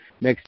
next